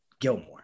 Gilmore